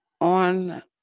on